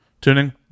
tuning